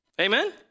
Amen